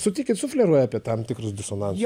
sutikit sufleruoja apie tam tikrus disonansus